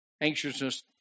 Anxiousness